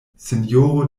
sinjoro